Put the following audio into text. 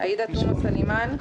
עאידה תומא סולימאן,